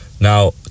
Now